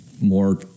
more